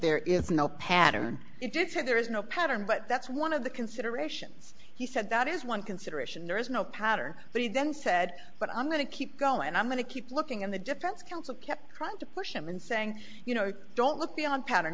there is no pattern it did say there is no but that's one of the considerations he said that is one consideration there is no pattern but he then said but i'm going to keep going and i'm going to keep looking and the defense counsel kept trying to push him and saying you know don't look beyond pattern